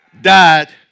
died